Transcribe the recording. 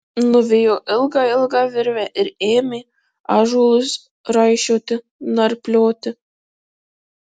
nuvijo ilgą ilgą virvę ir ėmė ąžuolus raišioti narplioti